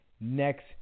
next